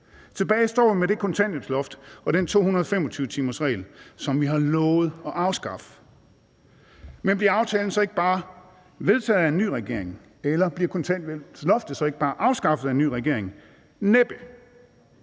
Tilbage står vi med det kontanthjælpsloft og den 225-timersregel, som vi har lovet at afskaffe. Men bliver aftalen så ikke bare vedtaget af en ny regering, eller bliver kontanthjælpsloftet så ikke bare afskaffet af en ny regering? Næppe.